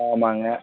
ஆமாங்க